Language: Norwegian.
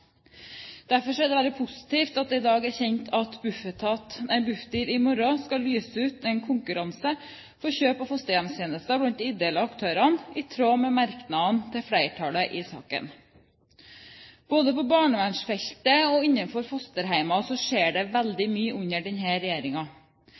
er det veldig positivt at det i dag ble kjent at Bufdir i morgen skal lyse ut en konkurranse for kjøp av fosterhjemstjenester blant de ideelle aktørene, i tråd med merknadene til flertallet i saken. Både på barnevernsfeltet og innenfor fosterhjem skjer det